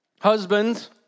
Husbands